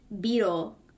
beetle